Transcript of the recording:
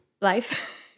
life